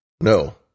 No